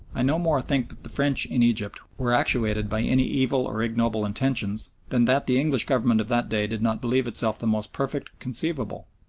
i no more think that the french in egypt were actuated by any evil or ignoble intentions than that the english government of that day did not believe itself the most perfect conceivable,